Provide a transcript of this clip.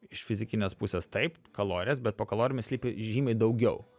iš fizikinės pusės taip kalorijas bet po kalorijom slypi žymiai daugiau